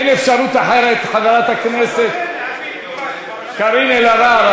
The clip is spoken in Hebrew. אין אפשרות אחרת, חברת הכנסת קארין אלהרר.